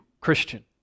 Christian